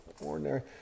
ordinary